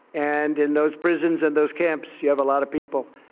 and in those prisons and those camps, you have a lot of people.